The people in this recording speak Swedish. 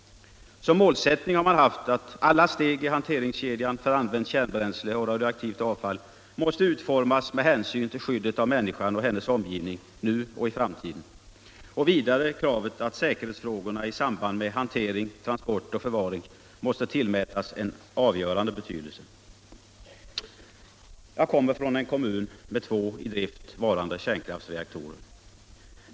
Som målsättning har man haft att alla steg i hanteringskedjan för använt kärnbränsle och radioaktivt avfall måste utformas med hänsyn till skyddet av människan och hennes omgivning nu och i framtiden. Och vidare kravet att säkerhetsfrågorna i samband med hantering, transport och förvaring måste tillmätas en avgörande betydelse. Jag kommer från en kommun med två i drift varande kärnkraftsreaktorer.